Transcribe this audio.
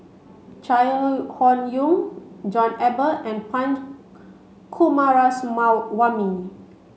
Chai Hon Yoong John Eber and Punch Coomaraswamy